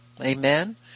Amen